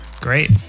great